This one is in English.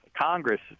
Congress